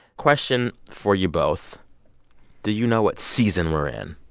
question for you both do you know what season we're in?